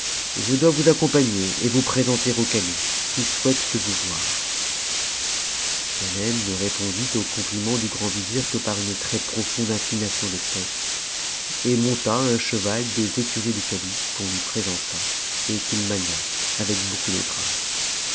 je dois vous accompagner et vous présenter au calife qui souhaite de vous voir ganem ne répondit au compliment du grand vizir que par une es proibnde inclination de tête et monta un cheval des écuries du calife qu'on lui présenta et qu'il mania avec beaucoup de grâce